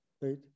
right